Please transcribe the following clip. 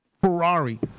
Ferrari